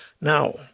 Now